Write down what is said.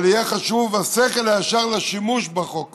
אבל יהיה חשוב השכל הישר לשימוש בחוק הזה,